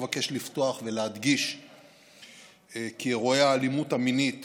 אבקש לפתוח ולהדגיש כי אירועי האלימות המינית